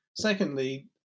secondly